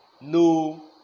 no